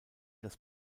das